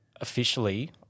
officially